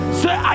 say